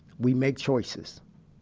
we make choices.